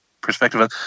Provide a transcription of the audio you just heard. perspective